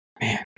man